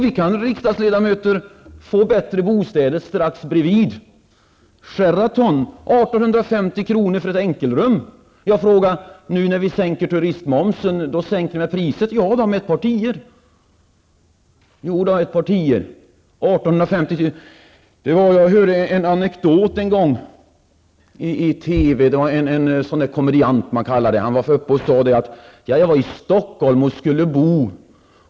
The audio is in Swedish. Vi, riksdagsledamöter, kan få bättre bostäder strax intill. Hotell Sheraton tar 1 850r. för ett enkelrum. Jag frågade: Nu när vi sänker turistmomsen, sänker ni då priset? Svaret blev: Ja, med ett par tior. Jag hörde en anekdot en gång av en komediant i TV. Han sade: Jag var i Stockholm och skulle bo.